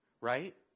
right